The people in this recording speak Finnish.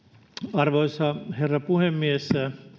arvoisa herra puhemies